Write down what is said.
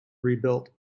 rebuilt